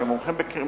שהם מומחים בקרינה,